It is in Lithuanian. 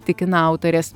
tikina autorės